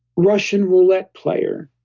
russian roulette player,